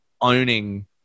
owning